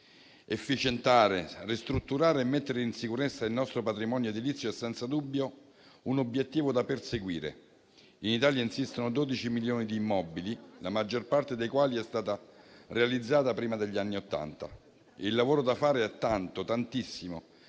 Efficientare, ristrutturare e mettere in sicurezza il nostro patrimonio edilizio è senza dubbio un obiettivo da perseguire. In Italia insistono 12 milioni di immobili, la maggior parte dei quali è stata realizzata prima degli anni Ottanta. Il lavoro da fare è tantissimo,